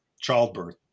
childbirth